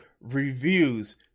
reviews